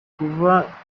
kuba